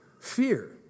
Fear